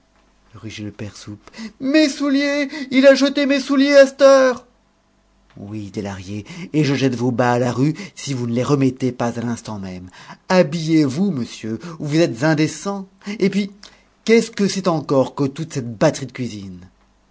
le père soupe mes souliers il a jeté mes souliers à c't'heure oui dit lahrier et je jette vos bas à la rue si vous ne les remettez pas à l'instant même habillez-vous monsieur vous êtes indécent et puis qu'est-ce que c'est encore que toute cette batterie de cuisine